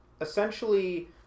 essentially